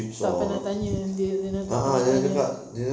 tak pernah tanya dia zina tak pernah tanya